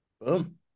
Boom